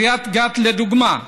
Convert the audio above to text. קריית גת, לדוגמה,